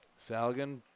Saligan